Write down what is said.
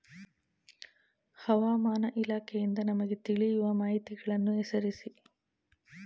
ಹವಾಮಾನ ಇಲಾಖೆಯಿಂದ ನಮಗೆ ತಿಳಿಯುವ ಮಾಹಿತಿಗಳನ್ನು ಹೆಸರಿಸಿ?